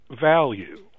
value